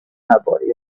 nobody